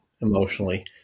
emotionally